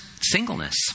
singleness